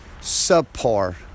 subpar